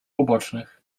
ubocznych